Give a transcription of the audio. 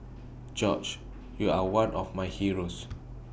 George you are one of my heroes